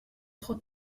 trop